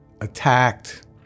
attacked